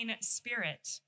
spirit